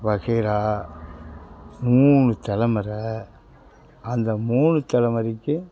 வகையறா மூணு தலைமுறை அந்த மூணு தலைமுறைக்கு